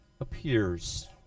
appears